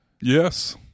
Yes